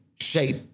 shape